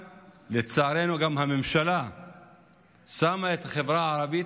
לצערנו גם הממשלה שמה את החברה הערבית